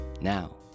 Now